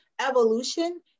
evolution